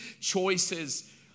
choices